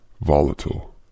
volatile